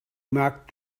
mark